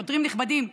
שוטרים נכבדים,